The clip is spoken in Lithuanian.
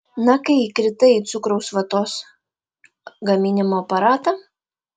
na kai įkritai į cukraus vatos gaminimo aparatą